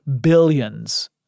billions